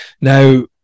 Now